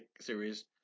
series